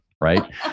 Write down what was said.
Right